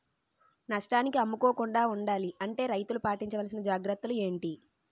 నష్టానికి అమ్ముకోకుండా ఉండాలి అంటే రైతులు పాటించవలిసిన జాగ్రత్తలు ఏంటి